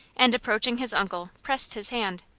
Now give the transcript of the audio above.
and approaching his uncle, pressed his hand.